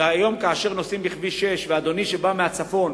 היום, כאשר נוסעים בכביש 6, ואדוני, שבא מהצפון,